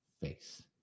face